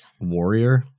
warrior